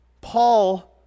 Paul